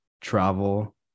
travel